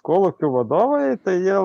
kolūkių vadovai tai jie